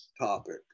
topic